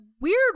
weird